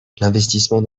l’investissement